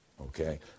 okay